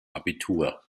abitur